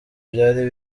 byari